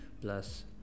Plus